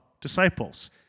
disciples